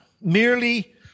merely